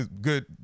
good